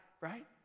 right